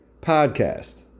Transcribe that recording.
Podcast